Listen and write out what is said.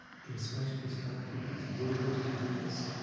in spite of this vow he had, he really wanted to do this.